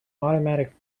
automatic